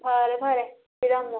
ꯐꯔꯦ ꯐꯔꯦ ꯄꯤꯔꯝꯃꯣ